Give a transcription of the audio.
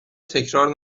تکرار